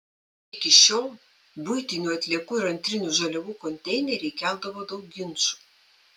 iki šiol buitinių atliekų ir antrinių žaliavų konteineriai keldavo daug ginčų